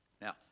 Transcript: Now